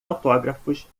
autógrafos